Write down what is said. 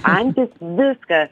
antis viską